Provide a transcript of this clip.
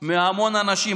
מהמון אנשים.